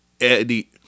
Eddie